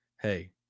Hey